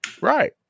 Right